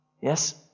Yes